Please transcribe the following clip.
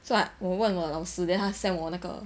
so like 我问我老师 then 他 send 我那个